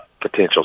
potential